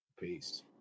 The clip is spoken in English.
peace